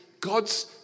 God's